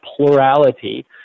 plurality